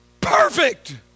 perfect